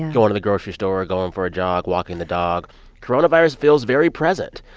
going to the grocery store or going for a jog, walking the dog coronavirus feels very present.